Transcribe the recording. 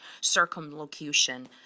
Circumlocution